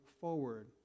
forward